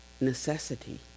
necessity